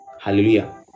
hallelujah